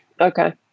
Okay